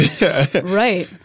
Right